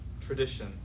tradition